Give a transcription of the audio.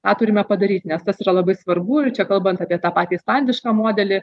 tą turime padaryt nes tas yra labai svarbu ir čia kalbant apie tą patį islandišką modelį